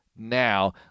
now